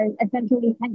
essentially